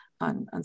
on